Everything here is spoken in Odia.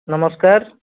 ନମସ୍କାର